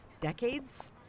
decades